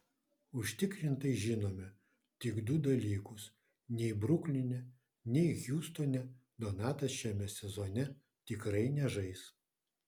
užtikrintai žinome tik du dalykus nei brukline nei hjustone donatas šiame sezone tikrai nežais